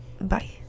bye